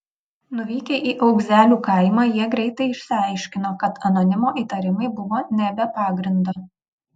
nuvykę į augzelių kaimą jie greitai išsiaiškino kad anonimo įtarimai buvo ne be pagrindo